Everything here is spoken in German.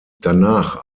danach